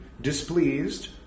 displeased